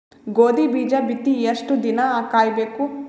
ಗೋಧಿ ಬೀಜ ಬಿತ್ತಿ ಎಷ್ಟು ದಿನ ಕಾಯಿಬೇಕು?